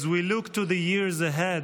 As we look to the years ahead,